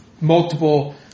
multiple